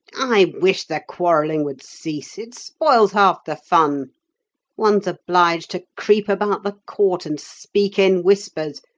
i wish the quarrelling would cease it spoils half the fun one's obliged to creep about the court and speak in whispers,